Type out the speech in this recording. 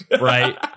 Right